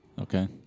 Okay